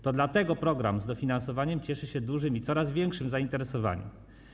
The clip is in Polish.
To dlatego program, z dofinansowaniem, cieszy się dużym i coraz większym zainteresowaniem.